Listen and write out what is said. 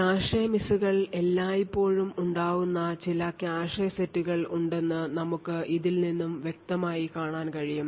cache മിസ്സുകൾ എല്ലായ്പ്പോഴും ഉണ്ടാവുന്ന ചില കാഷെ സെറ്റുകൾ ഉണ്ടെന്ന് നമുക്ക് ഇതിൽ നിന്നും വ്യക്തമായി കാണാൻ കഴിയും